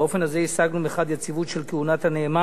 באופן הזה השגנו מחד גיסא יציבות של כהונת הנאמן,